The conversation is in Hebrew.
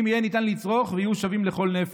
יהיה ניתן לצרוך והם יהיו שווים לכל נפש,